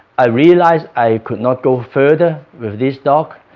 i realized i could not go further with this dog